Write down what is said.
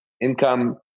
income